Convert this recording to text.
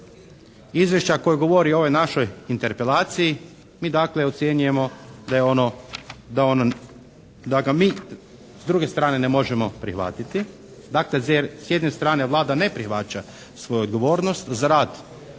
izvješća koje govori o ovoj našoj interpelaciji, mi dakle ocjenjujemo da je ono, da ga mi s druge strane ne možemo prihvatiti. Dakle, jer s jedne strane Vlada ne prihvaća svoju odgovornost za rad u